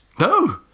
No